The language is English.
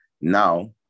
Now